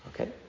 Okay